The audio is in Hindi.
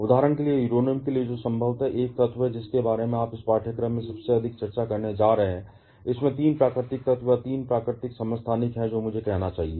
उदाहरण के लिए यूरेनियम के लिए जो संभवत वह तत्व है जिसके बारे में आप इस पाठ्यक्रम में सबसे अधिक चर्चा करने जा रहे हैं इसमें 3 प्राकृतिक तत्व या 3 प्राकृतिक समस्थानिक हैं जो मुझे कहना चाहिए